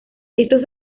estos